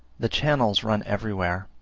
the channels run everywhere,